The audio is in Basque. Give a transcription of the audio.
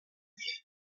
die